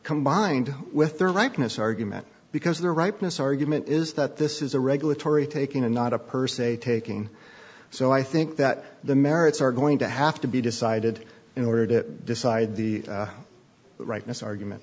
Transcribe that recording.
combined with their rightness argument because the rightness argument is that this is a regulatory taking and not a person a taking so i think that the merits are going to have to be decided in order to decide the rightness argument